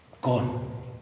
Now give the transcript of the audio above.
gone